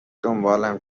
دنبالم